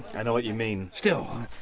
i know what you mean. still,